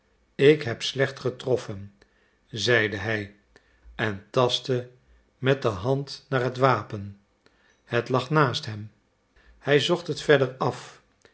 ik heb slecht getroffen zeide hij en tastte met de hand naar het wapen het lag naast hem hij zocht het verder af